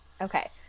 Okay